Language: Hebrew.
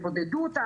יבודדו אותם,